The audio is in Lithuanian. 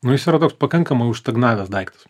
nu jis yra toks pakankamai užstagnavęs daiktas